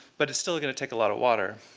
but it's still going to take a lot of water,